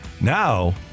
Now